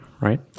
right